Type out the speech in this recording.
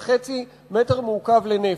2.5 מטר מעוקב לנפש.